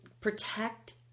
protect